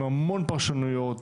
עם המון פרשנויות